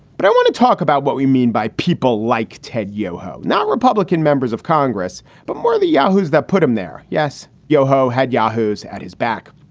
but i want to talk about what we mean by people like ted yoho, not republican members of congress, but more the yahoos that put him there. yes, yoho had yahoos at his back.